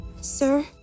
Sir